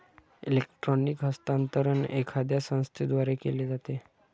electronic हस्तांतरण एखाद्या संस्थेद्वारे केले जाते